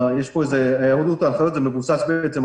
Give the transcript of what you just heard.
לא אינדיבידואלי.